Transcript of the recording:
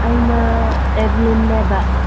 ꯑꯩꯅ